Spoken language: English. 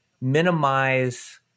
minimize